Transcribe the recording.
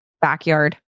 backyard